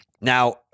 Now